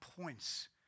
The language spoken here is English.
points